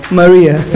maria